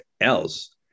else